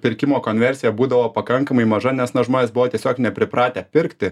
pirkimo konversija būdavo pakankamai maža nes na žmonės buvo tiesiog nepripratę pirkti